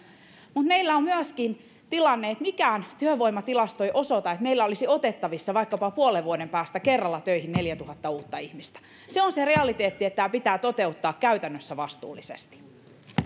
mutta meillä on myöskin tilanne että mikään työvoimatilasto ei osoita että meillä olisi otettavissa vaikkapa puolen vuoden päästä kerralla töihin neljätuhatta uutta ihmistä se on se realiteetti että tämä pitää toteuttaa käytännössä vastuullisesti